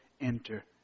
enter